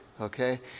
okay